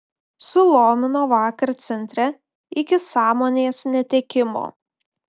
sulomino vakar centre iki sąmonės netekimo